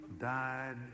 died